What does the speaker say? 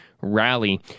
rally